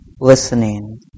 listening